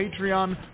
Patreon